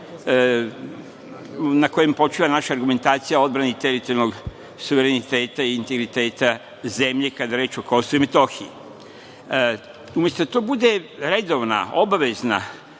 na kojem počiva naša argumentacija odbrane i teritorijalnog suvereniteta i integriteta zemlje kada je reč o Kosovu i Metohiji. Umesto da to bude redovna, obavezna